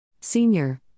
Senior